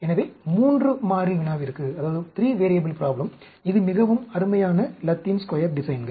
எனவே 3 மாறி வினாவிற்கு இது மிகவும் அருமையான லத்தீன் ஸ்கொயர் டிசைன்கள்